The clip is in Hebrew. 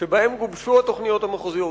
שבהם גובשו התוכניות המחוזיות,